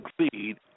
succeed